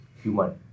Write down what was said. human